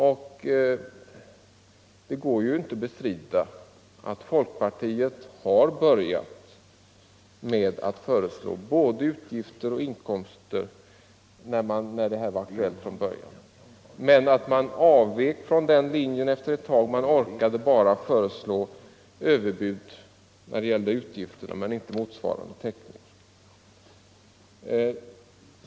vå Det går inte att bestrida att folkpartiet började med att föreslå både utgifter och inkomster, när de här reformerna först var aktuella, men efter ett tag avvek från den linjen. Man orkade bara föreslå överbud men inte motsvarande inkomstförstärkning.